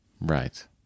Right